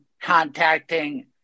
contacting